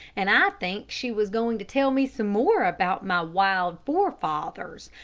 and i think she was going to tell me some more about my wild forefathers,